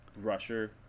rusher